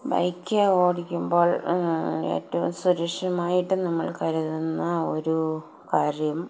ബൈക്കോടിക്കുമ്പോൾ ഏറ്റവും സുരക്ഷിതമായിട്ട് നമ്മൾ കരുതുന്ന ഒരു കാര്യം